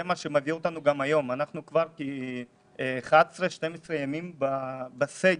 אנחנו כבר 12-11 ימים בסגר.